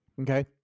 Okay